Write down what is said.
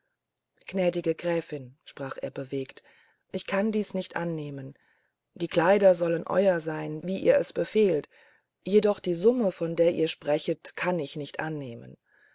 gnädige gräfin sprach er bewegt ich kann dies nicht annehmen die kleider sollen euer sein wie ihr es befehlet jedoch die summe von der ihr sprechet kann ich nicht annehmen